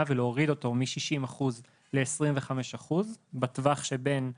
ולהוריד אותו מ-60% ל-25% בטווח שבין הדיסריגרד,